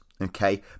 Okay